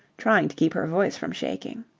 trying to keep her voice from shaking.